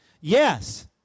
Yes